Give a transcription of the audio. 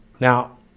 Now